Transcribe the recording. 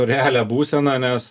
realią būseną nes